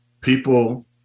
people